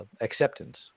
acceptance